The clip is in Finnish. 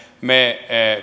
me